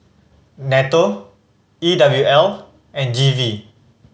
nATO E W L and G V